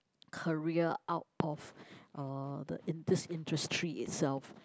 career out of uh the this industry itself